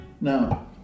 Now